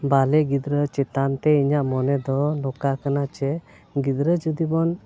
ᱵᱟᱞᱮ ᱜᱤᱫᱽᱨᱟᱹ ᱪᱮᱛᱟᱱᱼᱛᱮ ᱤᱧᱟᱹᱜ ᱢᱚᱱᱮ ᱫᱚ ᱱᱚᱝᱠᱟ ᱠᱟᱱᱟ ᱡᱮ ᱜᱤᱫᱽᱨᱟᱹ ᱡᱩᱫᱤ ᱵᱚᱱ